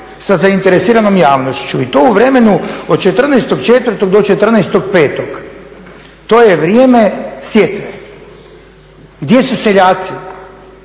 sa zainteresiranom javnošću i to u vremenu od 14.4. do 14.5. to je vrijeme sjetve gdje su seljaci?